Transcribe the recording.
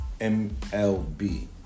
MLB